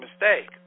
mistake